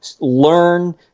learn